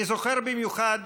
אני זוכר במיוחד